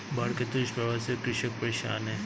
बाढ़ के दुष्प्रभावों से कृषक परेशान है